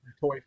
Toy